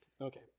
Okay